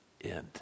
end